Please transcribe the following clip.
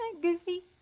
goofy